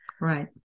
Right